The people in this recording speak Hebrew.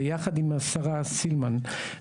ויחד עם השרה סילמן,